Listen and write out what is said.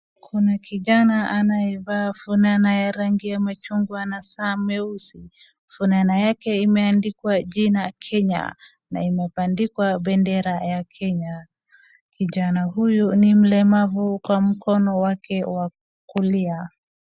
Kuna kijana anayevaa fonana ya rangi ya machungwa na Saa mweusi. Fonana yake imeandikwa jina Kenya, imebandikwa bendera ya Kenya. Kijana huyu ni mlemavu kwa mkono wake wa kulia.